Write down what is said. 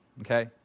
Okay